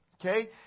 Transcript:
Okay